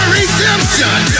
redemption